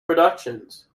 productions